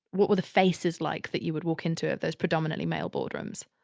what were the faces like that you would walk into at those predominantly male boardrooms?